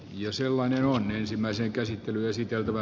jos sellainen saadaan aikaan